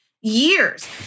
years